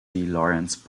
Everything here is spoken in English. lawrence